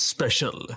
Special